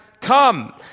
come